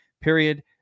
period